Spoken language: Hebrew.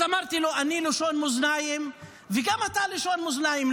אז אמרתי לו: אני לשון מאזניים וגם אתה לשון מאזניים.